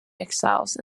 exiles